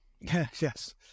Yes